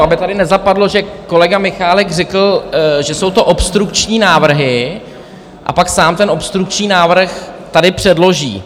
Aby tady nezapadlo, že kolega Michálek řekl, že jsou to obstrukční návrhy, a pak sám ten obstrukční návrh tady předloží.